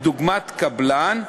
דוגמת קבלן,